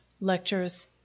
Lectures